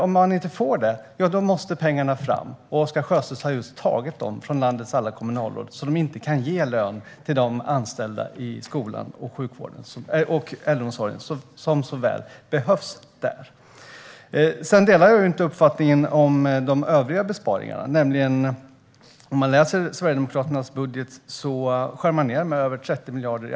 Om de inte får det måste pengarna fram, och Oscar Sjöstedt har just tagit dem från landets alla kommunalråd, som inte kan ge lön till de anställda i skolan och äldreomsorgen som behövs så väl där. Jag delar inte uppfattningen om de övriga besparingarna. Om man läser i Sverigedemokraternas budget ser man att de skär ned anslagen med över 30 miljarder.